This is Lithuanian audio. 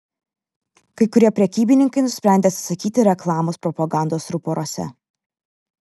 kai kurie prekybininkai nusprendė atsisakyti reklamos propagandos ruporuose